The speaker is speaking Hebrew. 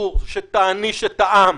אסור שתעניש את העם.